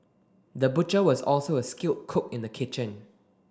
the butcher was also a skilled cook in the kitchen